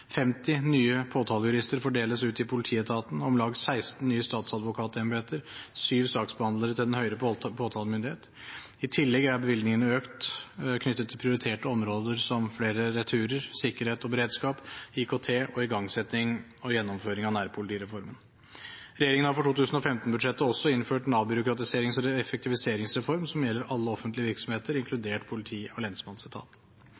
50 nye påtalejurister fordeles ut i politietaten om lag 16 nye statsadvokatembeter syv saksbehandlere til den høyere påtalemyndighet I tillegg er bevilgningene økt til prioriterte områder som flere returer, sikkerhet og beredskap, IKT og igangsetting og gjennomføring av nærpolitireformen. Regjeringen har for 2015-budsjettet innført en effektiviseringsreform som gjelder alle offentlige virksomheter, inkludert politi- og